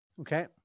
Okay